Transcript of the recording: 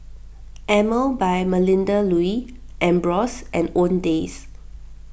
Emel by Melinda Looi Ambros and Owndays